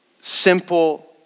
simple